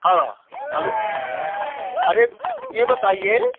हाँ हलो अरे ये बताइए